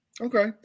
Okay